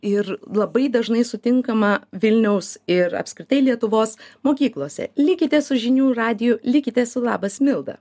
ir labai dažnai sutinkamą vilniaus ir apskritai lietuvos mokyklose likite su žinių radiju likite su labas milda